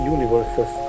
Universes